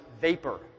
vapor